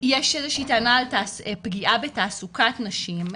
יש איזו שהיא טענה על פגיעה בתעסוקת נשים,